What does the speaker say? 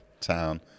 town